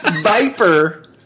Viper